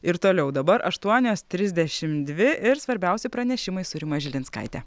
ir toliau dabar aštuonios trisdešim dvi ir svarbiausi pranešimai su rima žilinskaitė